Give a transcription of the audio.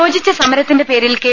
യോജിച്ച സമരത്തിന്റെ പേരിൽ കെ